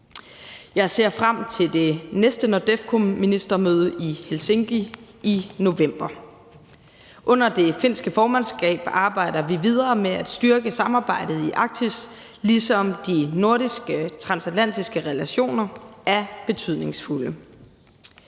Jeg ser frem til det næste NORDEFCO-ministermøde i Helsinki i november. Under det finske formandskab arbejder vi videre med at styrke samarbejde i Arktis, ligesom de nordiske transatlantiske relationer er betydningsfulde.